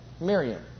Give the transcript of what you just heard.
Miriam